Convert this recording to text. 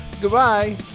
Goodbye